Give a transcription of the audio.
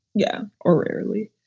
yeah. or rarely.